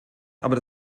aber